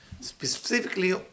specifically